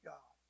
God